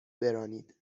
برانید